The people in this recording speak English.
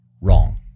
wrong